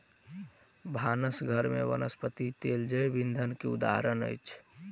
भानस घर में वनस्पति तेल जैव ईंधन के उदाहरण अछि